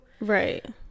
right